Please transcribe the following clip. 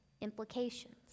implications